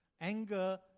anger